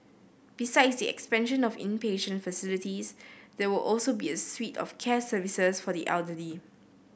besides the expansion of inpatient facilities there will also be a suite of care services for the elderly